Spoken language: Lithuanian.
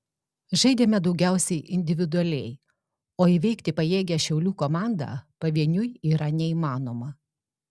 žaidėme daugiausiai individualiai o įveikti pajėgią šiaulių komandą pavieniui yra neįmanoma